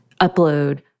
upload